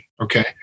okay